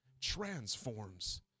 transforms